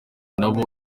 nabo